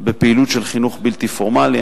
של פעילות חינוך בלתי פורמלי.